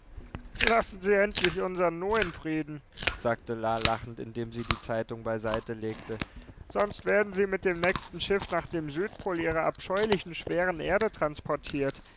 lassen sie endlich unsern nu in frieden sagte la lachend indem sie die zeitung beiseite legte sonst werden sie mit dem nächsten schiff nach dem südpol ihrer abscheulichen schweren erde transportiert